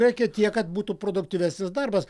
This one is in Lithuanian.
reikia tiek kad būtų produktyvesnis darbas